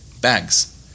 bags